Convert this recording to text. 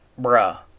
bruh